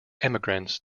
emigrants